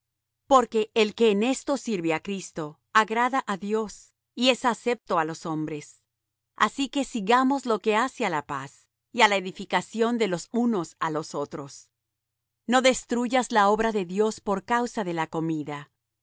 porque el que en esto sirve á cristo agrada á dios y es acepto á los hombres así que sigamos lo que hace á la paz y á la edificación de los unos á los otros no destruyas la obra de dios por causa de la comida